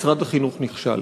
משרד החינוך נכשל.